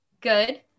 good